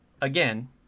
again